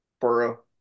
Burrow